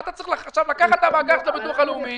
מה אתה צריך עכשיו לקחת את המאגר מהביטוח הלאומי